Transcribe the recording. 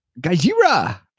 Gazira